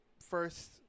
first